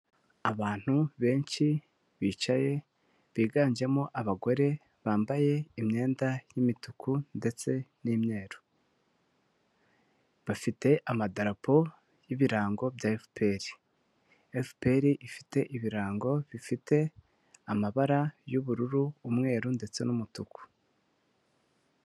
Abantu benshi bicaye biganjemo abagore bambaye imyenda y'imituku ndetse n'imweruru bafite amadarapo y'ibirango bya FPR. FPR ifite ibirango bifite amabara y'ubururu, umweru ndetse n'umutuku.